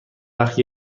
وقت